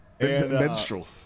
Menstrual